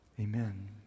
Amen